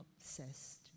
obsessed